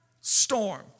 storm